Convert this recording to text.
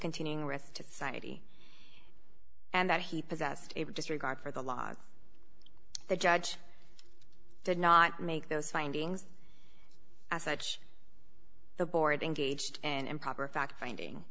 continuing risk to society and that he possessed just regard for the law the judge did not make those findings as such the board engaged an improper fact finding